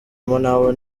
nabo